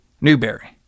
Newberry